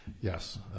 Yes